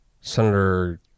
Senator